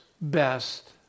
best